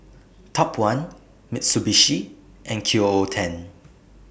Top one Mitsubishi and Q O O ten